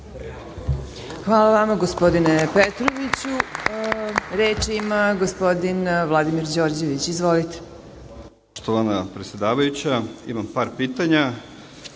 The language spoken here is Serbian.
Hvala vama, gospodine Petroviću. Reč ima gospodin Vladimir Đorđević. Izvolite.